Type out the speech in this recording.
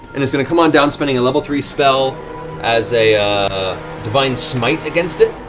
and is going to come on down, spending a level-three spell as a a divine smite against it.